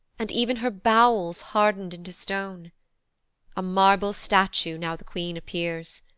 and ev'n her bowels hard'ned into stone a marble statue now the queen appears,